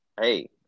hey